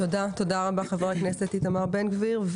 תודה רבה חבר הכנסת איתמר בן גביר.